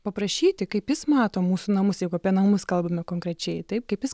paprašyti kaip jis mato mūsų namus jeigu apie namus kalbame konkrečiai taip kaip jis